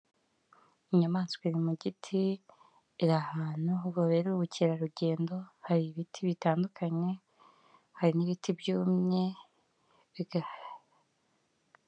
inyamaswa iri mu giti biri ahantu ho habera ubukerarugendo, hari ibiti bitandukanye hari n'ibiti byumye bi.